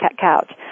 couch